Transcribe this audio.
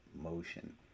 motion